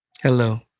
Hello